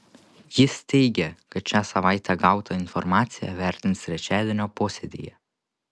jis teigia kad šią savaitę gautą informaciją vertins trečiadienio posėdyje